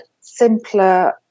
simpler